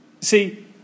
See